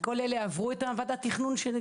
כל אלה עברו את ועדת התכנון?